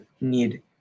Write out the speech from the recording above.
need